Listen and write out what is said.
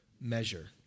measure